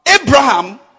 Abraham